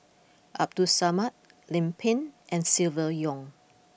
Abdul Samad Lim Pin and Silvia Yong